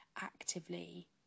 actively